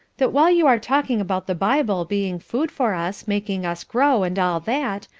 that while you are talking about the bible being food for us, making us grow, and all that,